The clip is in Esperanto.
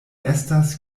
estas